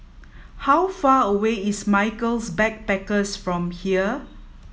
how far away is Michaels Backpackers from here